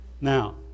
Now